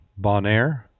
Bonaire